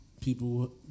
people